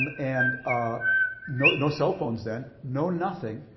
um and ah no no cell phones then, no nothing,